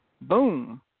boom